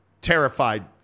terrified